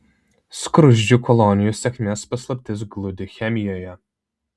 skruzdžių kolonijų sėkmės paslaptis glūdi chemijoje